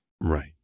Right